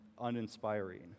uninspiring